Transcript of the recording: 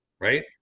right